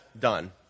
done